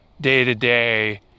day-to-day